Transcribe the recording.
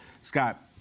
Scott